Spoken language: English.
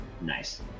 Nice